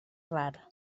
rar